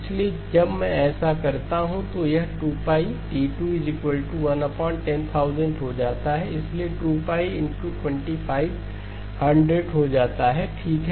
इसलिए जब मैं ऐसा करता हूं तो यह 2πT2110000 हो जाता है इसलिए यह 2π हो जाता है ठीक है